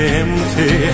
empty